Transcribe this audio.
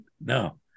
No